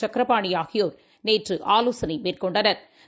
சக்கரபாணிஆகியோா் நேற்றுஆவோசனைமேற்கொண்டனா்